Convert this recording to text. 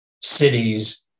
cities